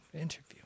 Interview